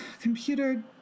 Computer